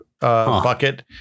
bucket